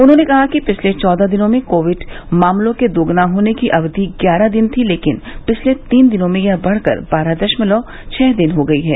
उन्होंने कहा कि पिछले चौदह दिनों में कोविड मामलों के द्गना होने की अवधि ग्यारह दिन थी लेकिन पिछले तीन दिनों में यह बढ़कर बारह दशमलव छः दिन हो गयी है